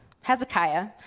Hezekiah